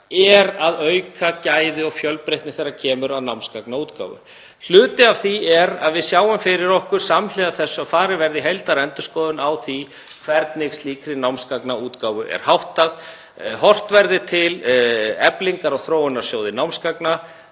er að auka gæði og fjölbreytni þegar kemur að námsgagnaútgáfu. Hluti af því er að við sjáum fyrir okkur, samhliða þessu, að farið verði í heildarendurskoðun á því hvernig slíkri námsgagnaútgáfu er háttað. Horft verði til eflingar á Þróunarsjóði námsgagna